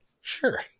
Sure